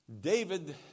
David